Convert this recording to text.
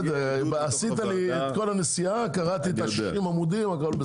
ה-90 עמודים אני יודע.